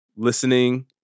listening